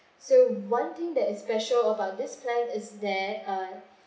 so one thing that is special about this plan is that uh